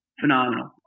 phenomenal